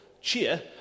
cheer